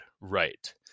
right